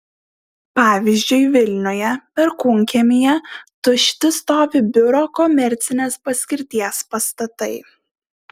pavyzdžiui vilniuje perkūnkiemyje tušti stovi biuro komercinės paskirties pastatai